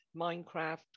minecraft